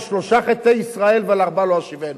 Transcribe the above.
על שלושה חטאי ישראל ועל ארבעה לא אשיבנו.